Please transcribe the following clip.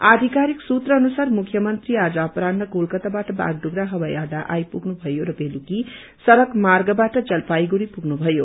आधिकारिक सुत्र अनुसार मुख्यमन्त्री आज अपरान्ह कोलकतावाट बायुद्रा हवाई अहा आइपुग्नुभयो र बेलुकी सड़क मार्गबाट जलपाइगढ़ी पुग्नुभयो